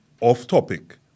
off-topic